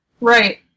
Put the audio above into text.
right